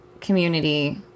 community